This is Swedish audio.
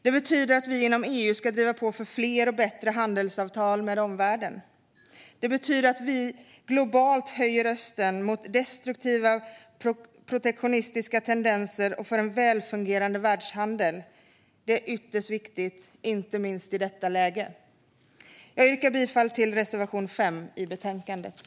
Det betyder att vi inom EU ska driva på för fler och bättre handelsavtal med omvärlden. Det betyder också att vi globalt höjer rösten mot destruktiva protektionistiska tendenser och för en välfungerande världshandel. Det är ytterst viktigt, inte minst i detta läge. Jag yrkar bifall till reservation 5 i betänkandet.